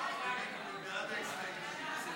סעיפים 1 7 נתקבלו.